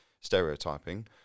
stereotyping